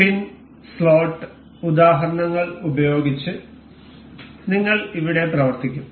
പിൻ slot ഉദാഹരണങ്ങൾ ഉപയോഗിച്ച് നിങ്ങൾ ഇവിടെ പ്രവർത്തിക്കും